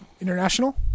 International